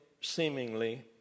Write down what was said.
seemingly